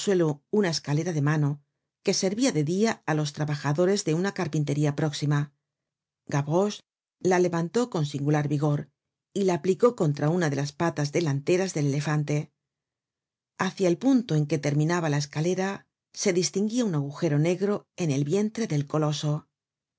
una escalera de mano que servia de dia á los trabajadores de una carpintería próxima gavroche la levantó con singular vigor y la aplicó contra una de las patas delanteras del elefante hacia el punto en que terminaba la escalera se distinguia un agujero negro en el vientre del coloso